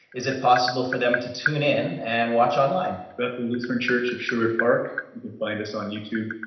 is it possible for them to tune in and watch online? bethel lutheran church of sherwood park. you can find us on youtube,